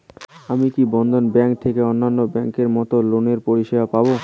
আমি কি বন্ধন ব্যাংক থেকে অন্যান্য ব্যাংক এর মতন লোনের পরিসেবা পাব?